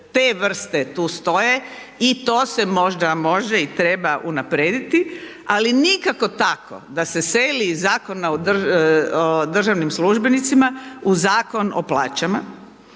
te vrste tu stoje i to se možda može i treba unaprijediti, ali nikako tako da se seli iz Zakona o državnim službenicima u Zakon o plaćama.